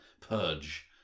purge